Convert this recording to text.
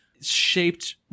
shaped